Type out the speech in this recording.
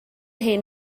hen